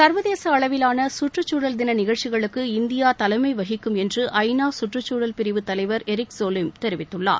சர்வதேச அளவிலான கற்றுச்சூழல் தின நிகழ்ச்சிகளுக்கு இந்தியா தலைமை வகிக்கும் என்று ஐநா சுற்றுச்சூழல் பிரிவுத் தலைவர் எரிக் சோலேம் தெரிவித்துள்ளார்